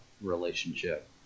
relationship